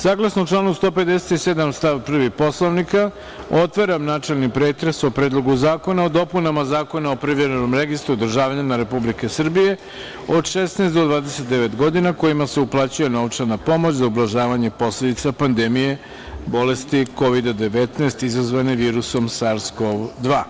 Saglasno članu 157. stav 1. Poslovnika, otvaram načelni pretres o Predlogu zakona o dopunama Zakona o privremenom registru državljana Republike Srbije od 16 do 29 godina, kojima se uplaćuje novčana pomoć za ublažavanje posledica pandemije bolesti COVID-19 izazvane virusom SARS-COV-2.